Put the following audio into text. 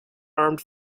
armed